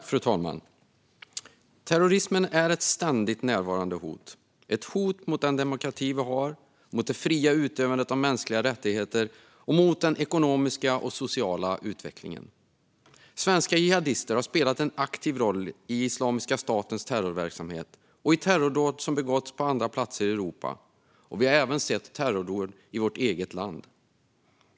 Fru talman! Terrorismen är ett ständigt närvarande hot. Den är ett hot mot den demokrati vi har, mot det fria utövandet av mänskliga rättigheter och mot den ekonomiska och sociala utvecklingen. Svenska jihadister har spelat en aktiv roll i Islamiska statens terrorverksamhet och i terrordåd som har begåtts på andra platser i Europa. Vi har även sett terrordåd i vårt eget land.